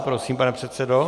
Prosím, pane předsedo.